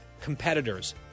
competitors